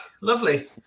Lovely